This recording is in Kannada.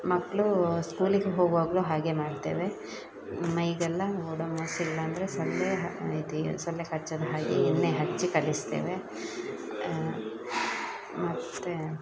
ಮಕ್ಳು ಸ್ಕೂಲಿಗೆ ಹೋಗುವಾಗಲೂ ಹಾಗೇ ಮಾಡ್ತೇವೆ ಮೈಗೆಲ್ಲ ಓಡೋಮಾಸ್ ಇಲ್ಲಾಂದರೆ ಸೊಳ್ಳೆ ಇದು ಸೊಳ್ಳೆ ಕಚ್ಚದ ಹಾಗೆ ಎಣ್ಣೆ ಹಚ್ಚಿ ಕಳಿಸ್ತೇವೆ ಮತ್ತು